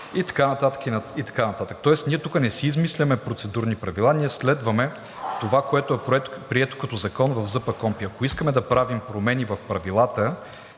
и така нататък. Тоест, ние тук не си измисляме процедурни правила, ние следваме това, което е прието като закон в ЗПКОНПИ. Ако искаме да правим промени в правилата,